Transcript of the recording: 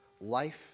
life